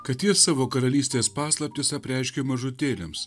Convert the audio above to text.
kad jis savo karalystės paslaptis apreiškė mažutėliams